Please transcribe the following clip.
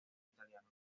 italiano